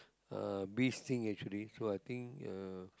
uh bee sting actually so I think uh